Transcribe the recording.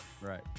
Right